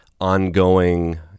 ongoing